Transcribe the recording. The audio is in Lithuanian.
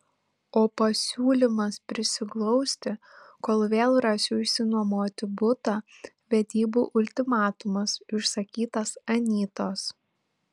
o pasiūlymas prisiglausti kol vėl rasiu išsinuomoti butą vedybų ultimatumas išsakytas anytos